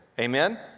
amen